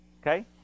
Okay